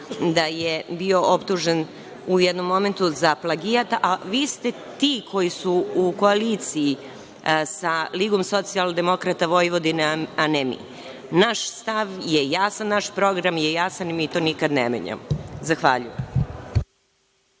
da je u jednom momentu bio optužen za plagijat? Vi ste ti koji su u koaliciji sa Ligom socijaldemokrata Vojvodine, a ne mi. Naš stav je jasan. Naš program je jasan i mi to nikada ne menjamo. Zahvaljujem.